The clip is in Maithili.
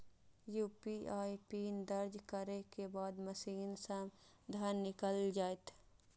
यू.पी.आई पिन दर्ज करै के बाद मशीन सं धन निकैल जायत